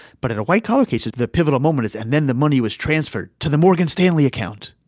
but in a white collar case is the pivotal moment is. and then the money was transferred to the morgan stanley account.